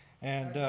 and,